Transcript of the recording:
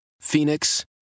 Phoenix